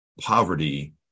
poverty